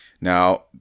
Now